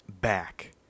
back